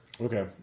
Okay